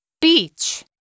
Beach